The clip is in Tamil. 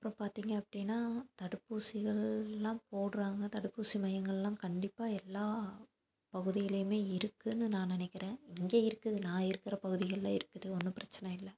அப்புறம் பார்த்தீங்க அப்படினா தடுப்பூசிகள்லாம் போடுகிறாங்க தடுப்பூசி மையங்கள்லாம் கண்டிப்பாக எல்லா பகுதியிலேயுமே இருக்குதுன்னு நான் நினைக்கிறேன் இங்கே இருக்குது நான் இருக்கிற பகுதிகளில் இருக்குது ஒன்றும் பிரச்சின இல்லை